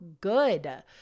good